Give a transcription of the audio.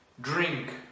drink